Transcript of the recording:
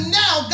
now